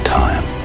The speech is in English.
time